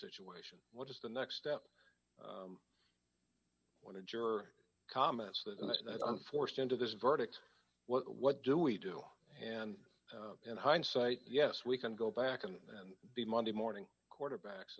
situation what is the next step when a juror comments on forced into this verdict well what do we do and in hindsight yes we can go back and be monday morning quarterbacks